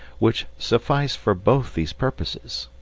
which sufficed for both these purposes.